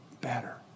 better